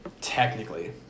Technically